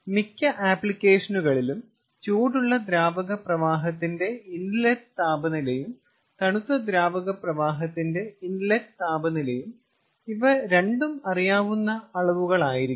മിക്ക ആപ്ലിക്കേഷനുകളിലും ചൂടുള്ള ദ്രാവക പ്രവാഹത്തിന്റെ ഇൻലെറ്റ് താപനിലയും തണുത്ത ദ്രാവക പ്രവാഹത്തിന്റെ ഇൻലെറ്റ് താപനിലയും ഇവ രണ്ടും അറിയാവുന്ന അളവുകളായിരിക്കും